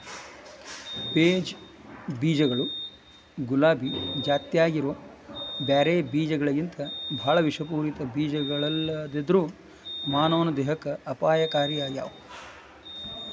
peach ಬೇಜಗಳು ಗುಲಾಬಿ ಜಾತ್ಯಾಗಿರೋ ಬ್ಯಾರೆ ಬೇಜಗಳಿಗಿಂತಬಾಳ ವಿಷಪೂರಿತ ಬೇಜಗಳಲ್ಲದೆದ್ರು ಮಾನವನ ದೇಹಕ್ಕೆ ಅಪಾಯಕಾರಿಯಾಗ್ಯಾವ